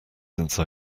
since